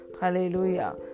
hallelujah